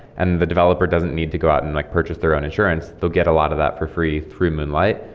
and the developer doesn't need to go out and like purchase their own insurance, they'll get a lot of that for free through moonlight,